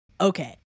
Okay